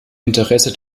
interesse